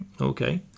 Okay